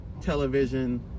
television